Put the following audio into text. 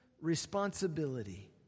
responsibility